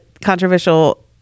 controversial